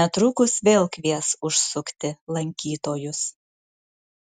netrukus vėl kvies užsukti lankytojus